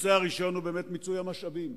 הנושא הראשון הוא באמת מיצוי המשאבים.